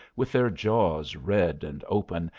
with their jaws red and open,